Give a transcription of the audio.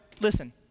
listen